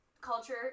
culture